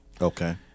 Okay